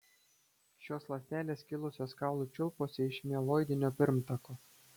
šios ląstelės kilusios kaulų čiulpuose iš mieloidinio pirmtako